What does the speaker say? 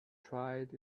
tried